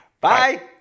Bye